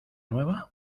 nueva